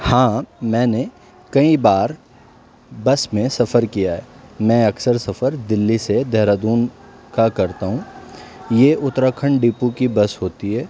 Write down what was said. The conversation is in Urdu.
ہاں میں نے کئی بار بس میں سفر کیا ہے میں اکثر سفر دہلی سے دہرادون کا کرتا ہوں یہ اتراکھنڈ ڈپو کی بس ہوتی ہے